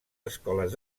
escoles